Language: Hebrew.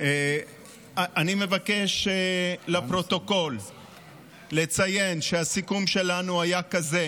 אני מבקש לציין לפרוטוקול שהסיכום שלנו היה כזה